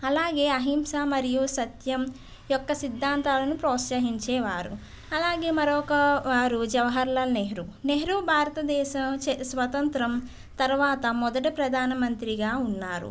అలాగే అహింస మరియు సత్యం యొక్క సిద్ధాంతాలను ప్రోత్సహించేవారు అలాగే మరొక వారు జవహర్లాల్ నెహ్రూ నెహ్రూ భారతదేశ చ స్వతంత్రం తర్వాత మొదట ప్రధానమంత్రిగా ఉన్నారు